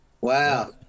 Wow